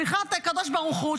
שליחת הקדוש ברוך הוא,